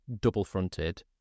double-fronted